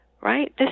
right